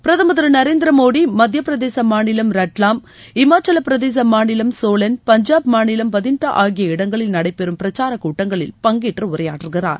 பிரதமர் திரு நரேந்திர மோடி மத்தியபிரதேச மாநிலம் ரட்லாம் ஹிமாச்சலப்பிரதேச மாநிலம் சோலன் பஞ்சாப் மாநிலம் பதின்டா ஆகிய இடங்களில் நடைபெறும் பிரச்சாரக் கூட்டங்களில் பங்கேற்று உரையாற்றுகிறார்